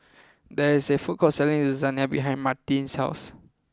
there is a food court selling Lasagna behind Martine's house